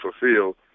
fulfilled